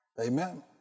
Amen